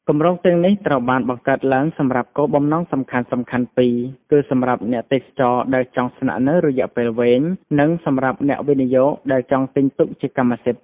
គម្រោងទាំងនេះត្រូវបានបង្កើតឡើងសម្រាប់គោលបំណងសំខាន់ៗពីរ គឺ សម្រាប់អ្នកទេសចរដែលចង់ស្នាក់នៅរយៈពេលវែង និងសម្រាប់អ្នកវិនិយោគដែលចង់ទិញទុកជាកម្មសិទ្ធិ។